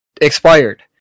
expired